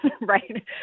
Right